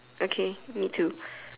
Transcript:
okay me too